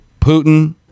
Putin